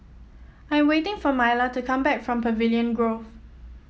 I'm waiting for Myla to come back from Pavilion Grove